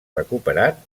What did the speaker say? recuperat